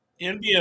NBA